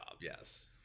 Yes